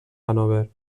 hannover